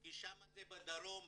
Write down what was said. כי שם זה בדרום.